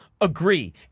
agree